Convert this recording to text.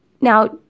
now